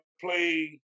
play